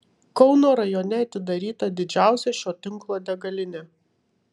kauno rajone atidaryta didžiausia šio tinklo degalinė